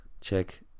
check